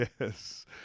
Yes